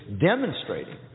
demonstrating